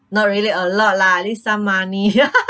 not really a lot lah at least some money